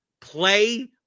play